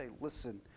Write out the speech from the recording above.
listen